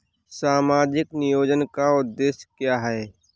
सामाजिक नियोजन का उद्देश्य क्या है?